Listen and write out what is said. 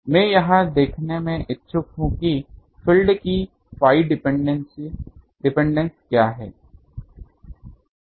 मैं यह देखने के लिए इच्छुक हूं कि फील्ड की Phi डिपेंडेंस क्या है